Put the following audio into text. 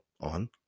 on